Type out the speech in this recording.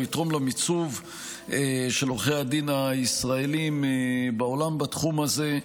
הוא יתרום למיצוב של עורכי הדין הישראליים בעולם בתחום הזה,